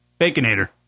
Baconator